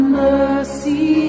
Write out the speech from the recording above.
mercy